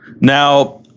Now